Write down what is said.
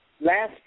last